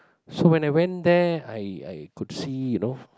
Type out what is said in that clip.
so when I went there I I could see you know